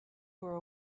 were